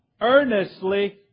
earnestly